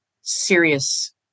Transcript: serious